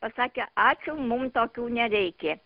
pasakė ačiū mum tokių nereikia